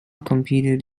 competed